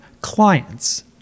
clients